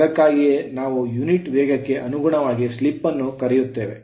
ಅದಕ್ಕಾಗಿಯೇ ನಾವು ಯೂನಿಟ್ ವೇಗಕ್ಕೆ ಅನುಗುಣವಾಗಿ ಸ್ಲಿಪ್ ಅನ್ನು ಕರೆಯುತ್ತೇವೆ